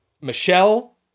Michelle